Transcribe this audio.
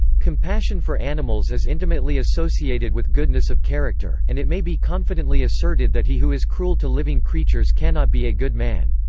compassion for animals is intimately associated with goodness of character, and it may be confidently asserted that he who is cruel to living creatures cannot be a good man.